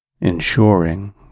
ensuring